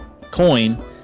Coin